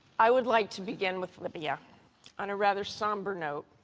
i would like to begin with libya on a rather somber note.